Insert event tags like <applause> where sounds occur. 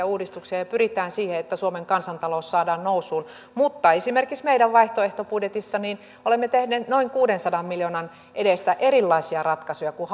<unintelligible> uudistuksia ja pyritään siihen että suomen kansantalous saadaan nousuun mutta esimerkiksi meidän vaihtoehtobudjetissamme olemme tehneet noin kuudensadan miljoonan edestä erilaisia ratkaisuja kuin <unintelligible>